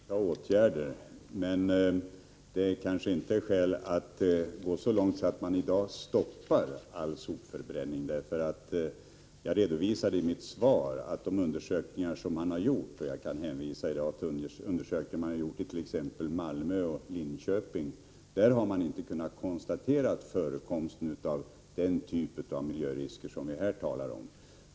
Herr talman! Jo, det är skäl för att vidta åtgärder. Men det är kanske inte skäl att gå så långt som att stoppa all sopförbränning. Jag redovisade i mitt svar en del undersökningar, och jag kan nu hänvisa till undersökningar i t.ex. Malmö och Linköping. Man har inte kunnat konstatera förekomst av den typ av miljörisker som vi här talar om.